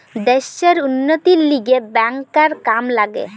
দ্যাশের উন্নতির লিগে ব্যাংকার কাম লাগে